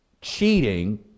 cheating